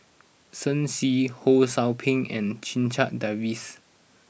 Shen Xi Ho Sou Ping and Checha Davies